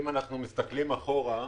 אם אנחנו מסתכלים אחורה,